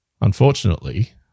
Unfortunately